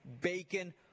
bacon